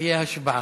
תהיה השבעה.